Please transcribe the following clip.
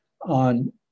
on